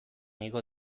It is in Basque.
igo